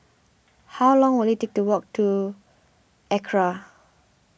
how long will it take to walk to Acra